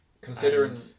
Considering